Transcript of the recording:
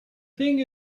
thing